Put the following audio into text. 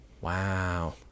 Wow